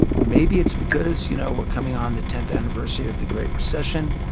maybe it's because you know we're coming on the tenth anniversary of the great recession,